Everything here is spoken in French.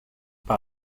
par